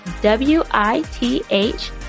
W-I-T-H